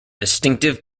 distinctive